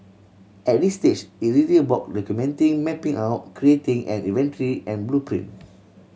at this stage it is easy about documenting mapping out creating an inventory and blueprint